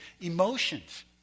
emotions